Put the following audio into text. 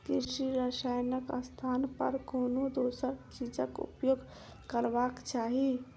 कृषि रसायनक स्थान पर कोनो दोसर चीजक उपयोग करबाक चाही